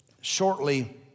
shortly